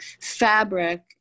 fabric